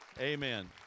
amen